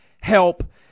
help